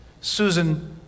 Susan